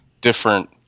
different